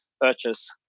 purchase